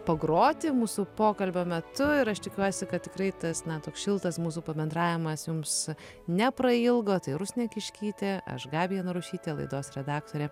pagroti mūsų pokalbio metu ir aš tikiuosi kad tikrai tas na toks šiltas mūsų pabendravimas jums neprailgo tai rusnė kiškytė aš gabija narušytė laidos redaktorė